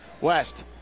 West